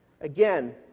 Again